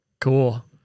cool